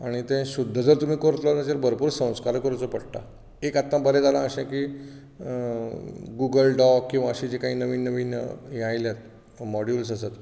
आनी तें शुध्द जर तूं मागीर करतलो जाल्यार तुका ताचेर भरपूर संस्कार करचे पडटात एक आतां बरें जाला अशें की गुगल डॉक्स किवां अशीं जी कांय नवीन नवीन हें आयल्यात मॉड्यूल्स आसात